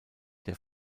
der